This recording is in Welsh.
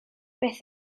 beth